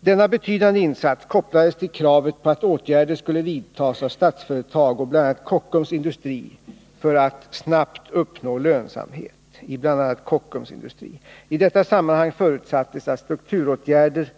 Denna betydande insats kopplades till krav på att åtgärder skulle vidtas av Statsföretag och bl.a. Kockums Industri för att snabbt uppnå lönsamhet i bl.a. Kockums Industri. I detta sammanhang förutsattes att strukturåtgärder,